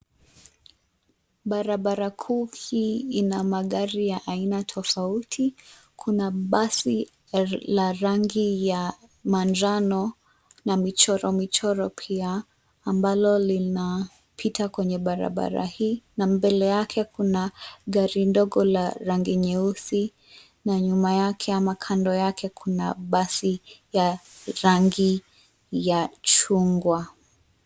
Barabara kuu hii ina magari ya aina tofauti kuna basi la rangi ya manjano na michoro michoro pia amabalo linapita kwenye barabara hii na mbele yake kuna gari ndogo ya rangi la rangi nyeusi na nyuma yake ama kando yake kuna basi ya rangi ya chungwa.